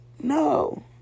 No